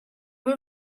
were